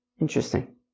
Interesting